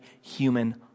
human